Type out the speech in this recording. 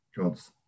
God's